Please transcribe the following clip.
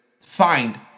Find